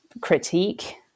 critique